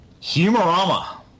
Humorama